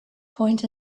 point